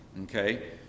Okay